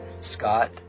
Scott